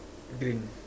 green